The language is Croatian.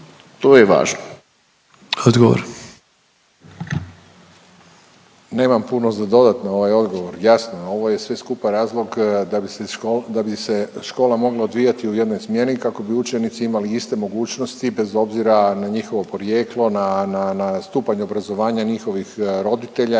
Radovan (HDZ)** Nemam puno za dodat na ovaj odgovor, jasno je ovo je sve skupa razlog da bi se škola mogla odvijati u jednoj smjeni kako bi učenici imali iste mogućnosti bez obzira na njihovo porijeklo na stupanj obrazovanja njihovih roditelja